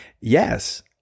Yes